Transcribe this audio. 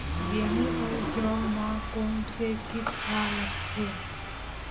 गेहूं अउ जौ मा कोन से कीट हा लगथे?